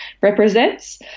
represents